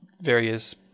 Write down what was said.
various